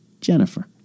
Jennifer